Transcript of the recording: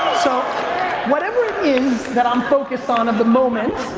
so whatever it is that i'm focused on at the moment,